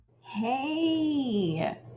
hey